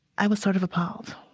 i was sort of appalled